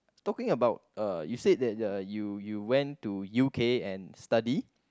talking about uh you said that the you you went to U_K and study